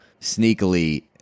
sneakily